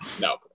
no